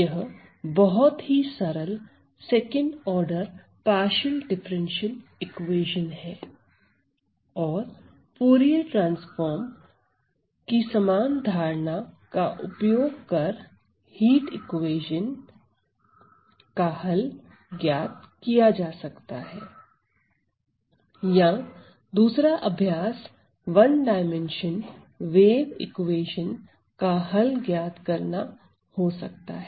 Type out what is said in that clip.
यह बहुत ही सरल second order partial differential equation है और फूरिये ट्रांसफॉर्म की समान धारणा का उपयोग कर हीट इक्वेशन का हल ज्ञात किया जा सकता है या दूसरा अभ्यास वन डायमेंशन वेव इक्वेशन का हल ज्ञात करना हो सकता है